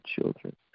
children